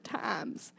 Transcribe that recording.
times